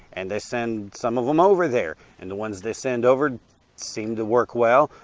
and they send some of them over there, and the ones they send over seem to work well.